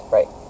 Right